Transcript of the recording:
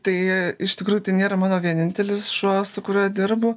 tai iš tikrųjų tai nėra mano vienintelis šuo su kuriuo dirbu